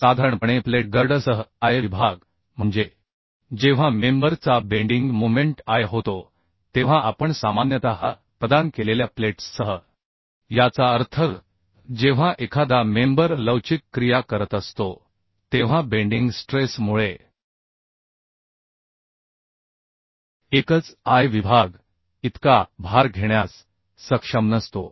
साधारणपणे प्लेट गर्डरसह I विभाग म्हणजे जेव्हा मेंबर चा बेंडिंग मोमेंट I होतो तेव्हा आपण सामान्यतः प्रदान केलेल्या प्लेट्ससह याचा अर्थ जेव्हा एखादा मेंबर लवचिक क्रिया करत असतो तेव्हा बेंडिंग स्ट्रेस मुळे एकच I विभाग इतका भार घेण्यास सक्षम नसतो